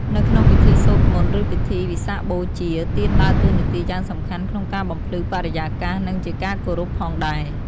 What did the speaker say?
នៅក្នុងពិធីសូត្រមន្ត ឬពិធីវិសាខបូជា ទៀនដើរតួនាទីយ៉ាងសំខាន់ក្នុងការបំភ្លឺបរិយាកាស និងជាការគោរពផងដែរ។